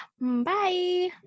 Bye